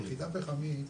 יחידה פחמית